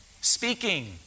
speaking